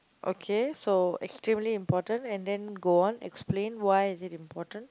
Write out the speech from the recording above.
okay so extremely important and then go on explain why is it important